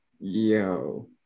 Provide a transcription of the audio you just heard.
Yo